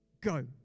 Go